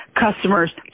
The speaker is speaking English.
customers